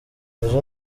ejo